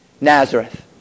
Nazareth